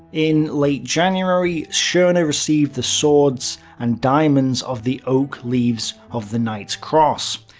in late january, schorner received the swords and diamonds of the oak leaves of the knight's cross.